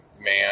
man